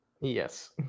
Yes